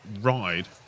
ride